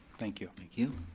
thank you. thank you.